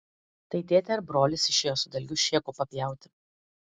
tai tėtė ar brolis išėjo su dalgiu šėko papjauti